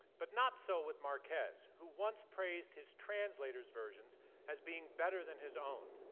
but not so with marquez who once praised his translator's versions as being better than his own,